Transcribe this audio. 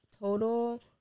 Total